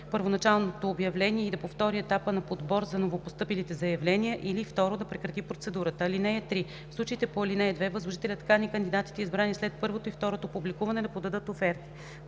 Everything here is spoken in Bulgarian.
първоначалното обявление и да повтори етапа на подбор за новопостъпилите заявления, или 2. да прекрати процедурата. (3) В случаите по ал. 2 възложителят кани кандидатите, избрани след първото и второто публикуване, да подадат оферти.”